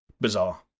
bizarre